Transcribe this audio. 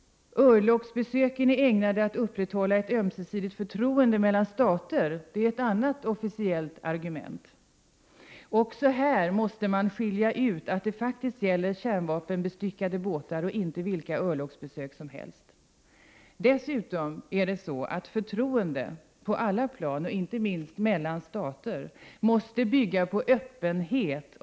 Örlogsbesöken är ägnade att upprätthålla ett ömsesidigt förtroende mellan stater, är ett annat officiellt argument. Också här måste man skilja ut att det faktiskt gäller kärnvapenbestyckade båtar, och inte vilka örlogsbesök som helst. Dessutom måste förtroende på alla plan, och inte minst mellan stater, bygga på öppenhet.